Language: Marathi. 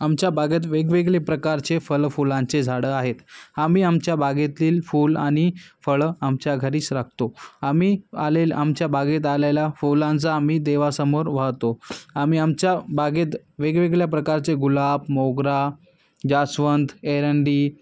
आमच्या बागेत वेगवेगळे प्रकारचे फळ फुलांचे झाडं आहेत आम्ही आमच्या बागेतील फूल आणि फळं आमच्या घरीच राखतो आम्ही आलेलं आमच्या बागेत आलेला फुलांचा आम्ही देवासमोर वाहतो आम्ही आमच्या बागेत वेगवेगळ्या प्रकारचे गुलाब मोगरा जास्वंत एरंडी